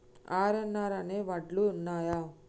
RNR అనే వడ్లు ఉన్నయా?